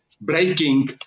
breaking